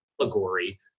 allegory